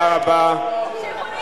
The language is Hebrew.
תודה רבה לדובר.